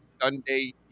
Sunday